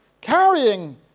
carrying